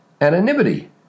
anonymity